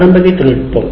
கரும்பலகை தொழில்நுட்பம்